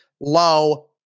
low